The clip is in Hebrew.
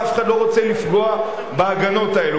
ואף אחד לא רוצה לפגוע בהגנות האלה.